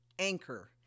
Anchor